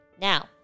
Now